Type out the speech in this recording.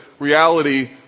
reality